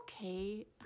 Okay